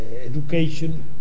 education